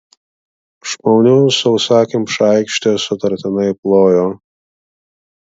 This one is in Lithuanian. žmonių sausakimša aikštė sutartinai plojo